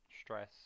stress